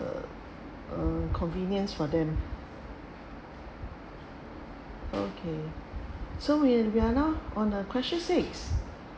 uh convenience for them okay so we're we are now on question six